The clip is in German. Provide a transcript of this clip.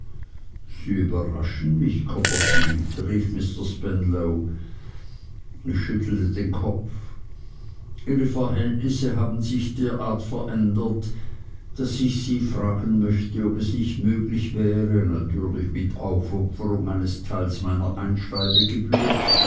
sie überraschen mich copperfield rief mr spenlow ich schüttelte den kopf ihre verhältnisse haben sich derart verändert daß ich sie fragen möchte ob es nicht möglich wäre natürlich mit aufopferung eines teils meiner einschreibegebühr